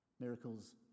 Miracles